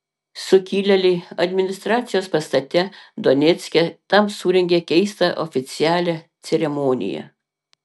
sukilėliai administracijos pastate donecke tam surengė keistą oficialią ceremoniją